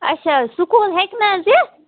اچھا حظ سکوٗل ہیٚکہِ نہ حظ یِتھ